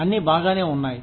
అన్ని బాగానే ఉన్నాయి